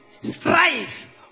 strive